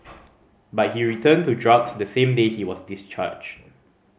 but he returned to drugs the same day he was discharged